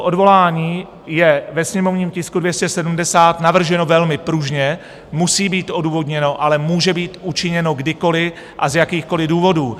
Odvolání je ve sněmovním tisku 270 navrženo velmi pružně, musí být odůvodněno, ale může být učiněno kdykoliv a z jakýchkoliv důvodů.